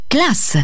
Class